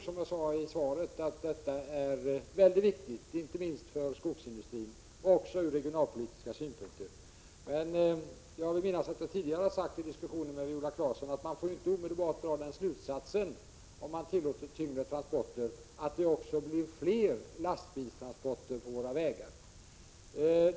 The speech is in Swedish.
Som jag sade i svaret tror jag att det här är mycket viktigt, inte minst för skogsindustrin, men även från regionalpolitiska synpunkter. Jag vill minnas att jag i tidigare diskussioner med Viola Claesson har sagt att man, om det tillåts tyngre transporter, inte omedelbart får dra slutsatsen att det också blir fler lastbilstransporter på våra vägar.